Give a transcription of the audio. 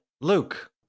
Luke